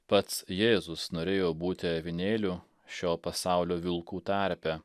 pats jėzus norėjo būti avinėlių šio pasaulio vilkų tarpe